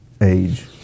age